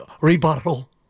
Rebuttal